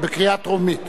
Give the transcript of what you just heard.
זה בקריאה טרומית.